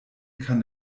kann